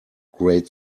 great